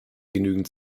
genügend